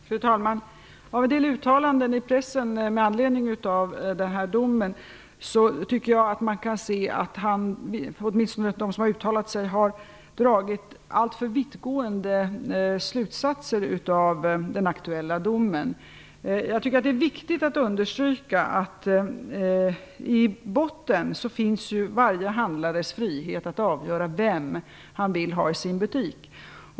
Fru talman! Av en del uttalanden i pressen med anledning av den här domen tycker jag att man kan se att de som har uttalat sig har dragit alltför vittgående slutsatser av den aktuella domen. Det är viktigt att understryka att i botten finns varje handlares frihet att avgöra vem han vill ha i sin butik.